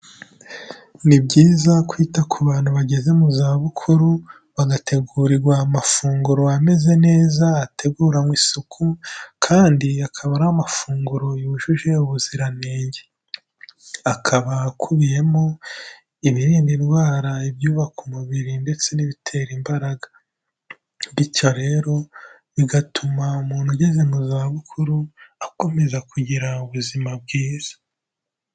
Ni byiza kwita ku bantu bageze mu zabukuru bagategurirwa amafunguro ameze neza ateguranwe isuku, kandi akaba ari amafunguro yujuje ubuziranenge. Akaba akubiyemo ibirinda indwara, ibyubaka umubiri ndetse n'ibitera imbaraga. Bityo rero bigatuma umuntu ugeze mu zabukuru akomeza kugira ubuzima bwiza.